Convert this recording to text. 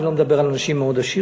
אני לא מדבר על אנשים מאוד עשירים.